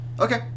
Okay